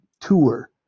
tour